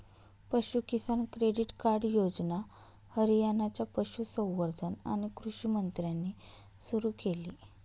पशु किसान credit card योजना हरियाणाच्या पशुसंवर्धन आणि कृषी मंत्र्यांनी सुरू केली